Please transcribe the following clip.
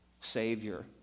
Savior